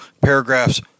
paragraphs